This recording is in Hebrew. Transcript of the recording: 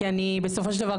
כי אני בסופו של דבר,